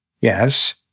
Yes